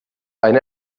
eine